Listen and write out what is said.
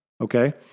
okay